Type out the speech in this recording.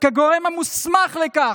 כגורם המוסמך לכך,